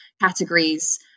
categories